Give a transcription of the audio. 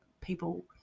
people